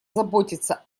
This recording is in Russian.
заботиться